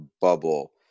bubble